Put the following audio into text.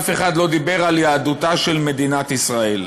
אף אחד לא דיבר על יהדותה של מדינת ישראל.